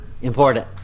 important